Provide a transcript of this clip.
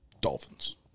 Dolphins